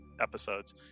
episodes